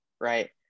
right